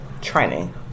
training